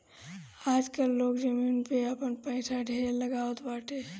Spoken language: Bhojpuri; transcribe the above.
आजकाल लोग जमीन में आपन पईसा ढेर लगावत बाटे